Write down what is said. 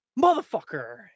motherfucker